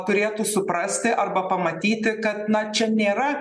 turėtų suprasti arba pamatyti kad na čia nėra